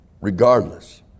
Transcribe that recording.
regardless